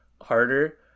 harder